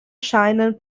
scheinen